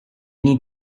need